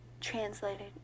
translated